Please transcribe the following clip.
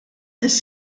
this